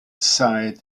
side